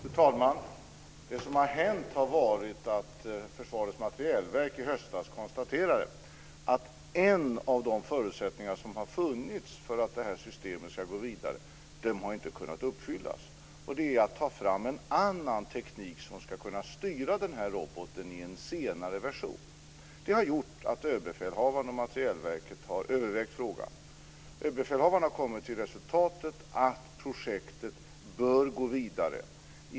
Fru talman! Det som har hänt har varit att Försvarets materielverk i höstas konstaterade att en av de förutsättningar som har funnits för att det här systemet ska gå vidare inte har kunnat uppfyllas, och det är att ta fram en annan teknik som ska kunna styra den roboten i en senare version. Det har gjort att överbefälhavaren och materielverket har övervägt frågan. Överbefälhavaren har kommit fram till resultatet att projektet bör gå vidare.